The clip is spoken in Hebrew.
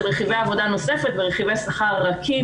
רכיבי העבודה הנוספת ורכיבי השכר הרכים,